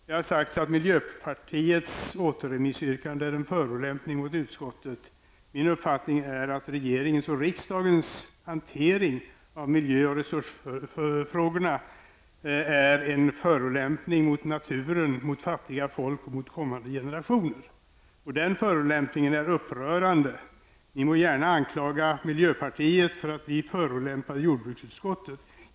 Det har sagts att miljöpartiets återremissyrkande är en förolämpning mot utskottet. Min uppfattning är att regeringens och riksdagens hantering av miljöoch resursfrågorna är en förolämpning mot naturen, mot fattiga folk och mot kommande generationer. Den förolämpningen är upprörande. Ni må gärna anklaga oss i miljöpartiet för att vi förolämpar jordbruksutskottet.